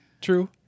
True